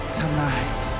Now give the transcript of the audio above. tonight